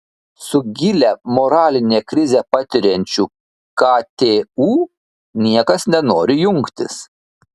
su gilią moralinę krizę patiriančiu ktu niekas nenori jungtis